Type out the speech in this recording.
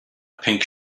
pink